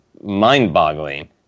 mind-boggling